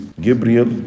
Gabriel